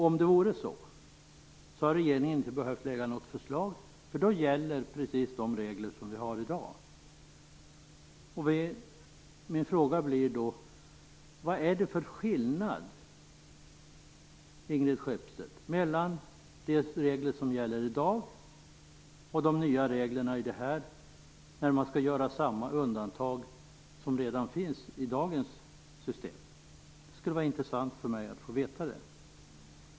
Om det vore så, hade regeringen inte behövt lägga något förslag, därför att då gäller precis de regler som vi har i dag. Min fråga till Ingrid Skeppstedt blir då: Vad är det för skillnad mellan de regler som gäller i dag och de nya reglerna i det här, när man skall göra samma undantag som redan finns i dagens system? Det skulle vara intressant för mig att få veta det.